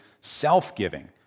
self-giving